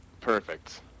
Perfect